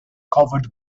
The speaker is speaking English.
covered